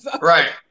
Right